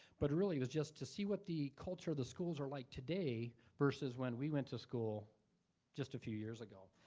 but really, it's just to see what the culture of the schools are like today versus when we went to school just a few years ago.